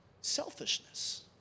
selfishness